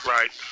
Right